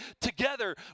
together